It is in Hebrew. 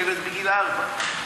ילד בגיל ארבע.